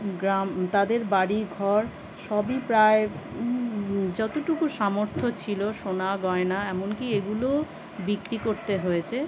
গ্রাম তাদের বাড়িঘর সবই প্রায় যতটুকু সামর্থ্য ছিল সোনা গয়না এমনকি এগুলোও বিক্রি করতে হয়েছে